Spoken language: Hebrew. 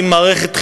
עם מערכת חינוך,